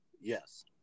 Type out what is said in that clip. yes